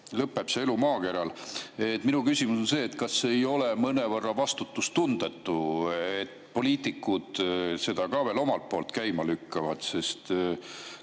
lõpeb elu maakeral. Minu küsimus on see: kas ei ole mõnevõrra vastutustundetu, et poliitikud seda ka veel omalt poolt käima lükkavad? Sest